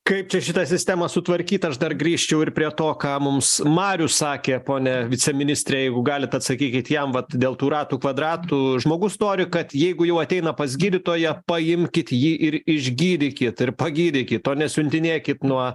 kaip čia šitą sistemą sutvarkyt aš dar grįžčiau ir prie to ką mums marius sakė pone viceministre jeigu galit atsakykit jam vat dėl tų ratų kvadratų žmogus nori kad jeigu jau ateina pas gydytoją paimkit jį ir išgydykit ir pagydykit o ne siuntinėkit nuo